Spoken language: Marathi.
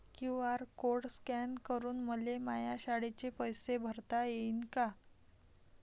क्यू.आर कोड स्कॅन करून मले माया शाळेचे पैसे भरता येईन का?